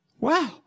Wow